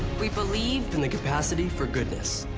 we believe. in the capacity for goodness.